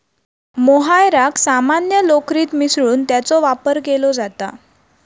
मोहायराक सामान्य लोकरीत मिसळून त्याचो वापर केलो जाता